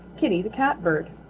kitty the catbird.